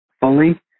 fully